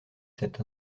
cette